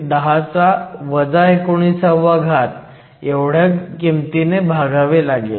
6 x 10 19 ने भागावे लागेल